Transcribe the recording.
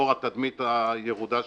לאור התדמית הירודה שהיתה.